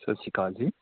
ਸਤਿ ਸ਼੍ਰੀ ਅਕਾਲ ਜੀ